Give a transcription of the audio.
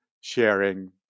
sharing